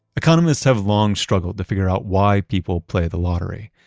economists have long struggled to figure out why people play the lottery.